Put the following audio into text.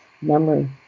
memory